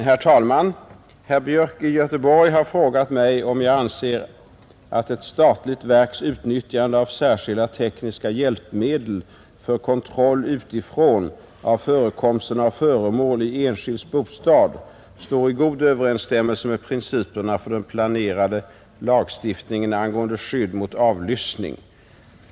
Herr talman! Herr Björk i Göteborg har frågat mig om jag anser att ett statligt verks utnyttjande av särskilda tekniska hjälpmedel för kontroll utifrån av förekomsten av föremål i enskilds bostad står i god överensstämmelse med principerna för den planerade lagstiftningen angående skydd mot avlyssning.